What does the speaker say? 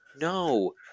No